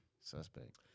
Suspect